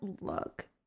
look